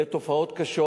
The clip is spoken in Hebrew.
אלה תופעות קשות.